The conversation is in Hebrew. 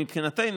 מבחינתנו,